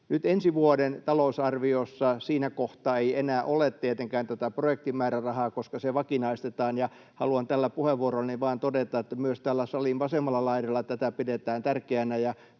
Nyt ensi vuoden talousarviossa siinä kohtaa ei enää ole tietenkään tätä projektin määrärahaa, koska se vakinaistetaan. Haluan tällä puheenvuorollani vain todeta, että myös täällä salin vasemmalla laidalla tätä pidetään tärkeänä